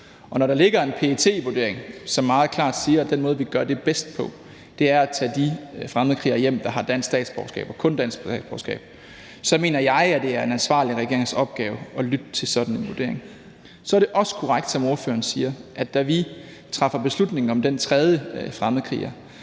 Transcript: Og når der ligger en PET-vurdering, som meget klart siger, at den måde, vi gør det bedst på, er ved at tage de fremmedkrigere hjem, der har dansk statsborgerskab – og kun dansk statsborgerskab – så mener jeg, at det er en ansvarlig regerings opgave at lytte til sådan en vurdering. Så er det også korrekt, som ordføreren siger, at da vi træffer beslutningen om den tredje fremmedkriger,